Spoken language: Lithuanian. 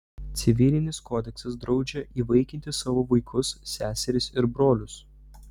civilinis kodeksas draudžia įvaikinti savo vaikus seserys ir brolius